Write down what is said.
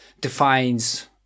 defines